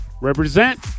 Represent